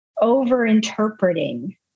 over-interpreting